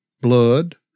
blood